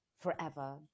forever